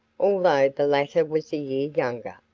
although the latter was a year younger.